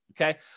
Okay